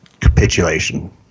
Capitulation